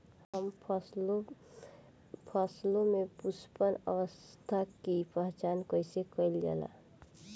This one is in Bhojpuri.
हम फसलों में पुष्पन अवस्था की पहचान कईसे कईल जाला?